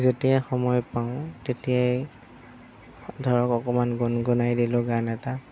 যেতিয়াই সময় পাওঁ তেতিয়াই ধৰক অকণমান গুণগুণাই দিলোঁ গান এটা